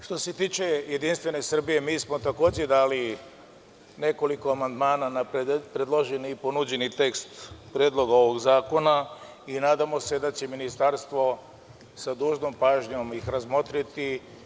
Što se tiče Jedinstvene Srbije, mi smo takođe dali nekoliko amandmana na predloženi i ponuđeni tekst Predloga zakona i nadamo se da će Ministarstvo sa dužnom pažnjom da ih razmotriti.